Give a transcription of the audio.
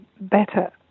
better